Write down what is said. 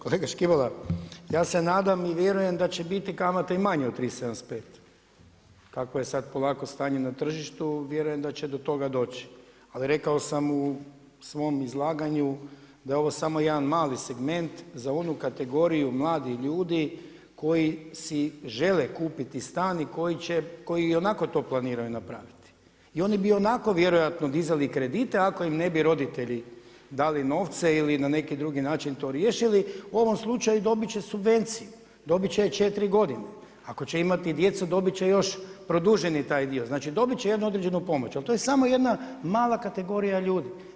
Kolega Škibola, ja se nadam i vjerujem da će biti kamate i manje od 3,75 kako je sad polako stanje na tržištu, vjerujem da će do toga doći, ali rekao sam u svom izlaganju, da je ovo samo jedan mali segment za onu kategoriju mladi ljudi koji se žele kupiti stan i koji ionako to planiraju napraviti i oni bi ionako vjerojatno dizali kredite, ako im ne bi roditelji dali novce ili na neki drugi način to riješili, u ovom slučaju dobit će subvenciju, dobit će 4 godine, ako će imati djecu, dobit će još produženi taj dio, znači dobit će jednu određenu pomoć, ali to je samo jedna mala kategorija ljudi.